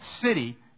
city